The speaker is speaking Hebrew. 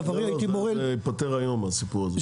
זה ייפתר היום הסיפור הזה.